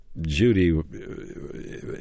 Judy